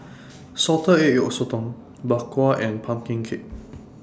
Salted Egg Yolk Sotong Bak Kwa and Pumpkin Cake